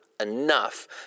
enough